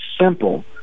simple